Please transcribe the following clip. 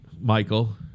Michael